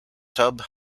tub